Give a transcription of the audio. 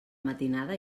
matinada